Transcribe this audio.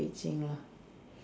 Beijing lah